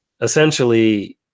essentially